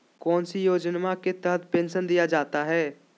कौन सी योजना के तहत पेंसन दिया जाता है?